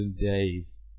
days